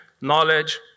knowledge